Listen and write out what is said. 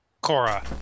Cora